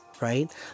right